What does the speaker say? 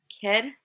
kid